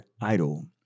idol